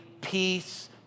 peace